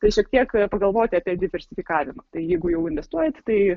tai šiek tiek pagalvoti apie diversifikavimą tai jeigu jau investuojat tai